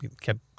kept